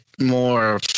more